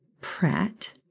Pratt